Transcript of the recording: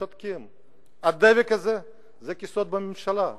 והדבק הזה הוא הכיסאות בממשלה.